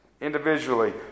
individually